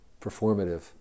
performative